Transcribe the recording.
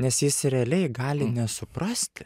nes jis realiai gali nesuprasti